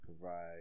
provide